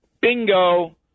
bingo